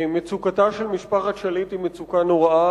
מצוקתה של משפחת שליט היא מצוקה נוראה